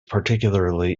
particularly